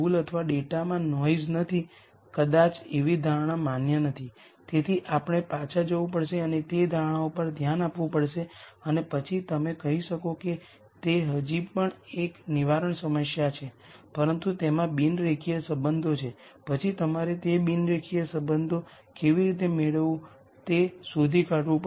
મેં અમારી ચર્ચા પહેલાં નોંધ્યું છે કારણ કે આ λ 0 ને અનુરૂપ આઇગન વેક્ટર છે તેથી આ આ મેટ્રિક્સ A ની નલ સ્પેસમાં હશે અને આ બાકીના 2 છે હું આ 2 કેવી રીતે મેળવી શકું